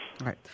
Right